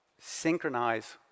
synchronize